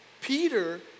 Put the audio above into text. Peter